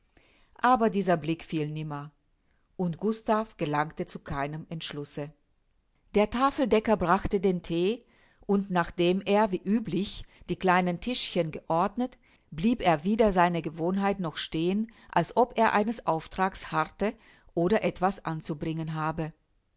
aber dieser blick fiel nimmer und gustav gelangte zu keinem entschluße der tafeldecker brachte den thee und nachdem er wie üblich die kleinen tischchen geordnet blieb er wider seine gewohnheit noch stehen als ob er eines auftrages harre oder etwas anzubringen habe